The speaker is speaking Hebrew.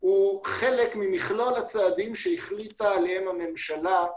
הוא חלק ממכלול הצעדים שהחליטה עליהם הממשלה,